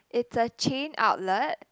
it's a chain outlet